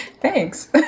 Thanks